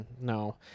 no